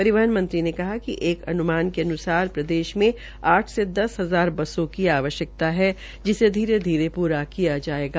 परिवहपन मंत्री ने कहा कि एक अनुमान के अनुसार प्रदेश में आठ से दस हजार बसों की आवश्यकता है जिसे पूरा किया जायेगा